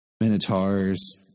minotaurs